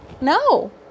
No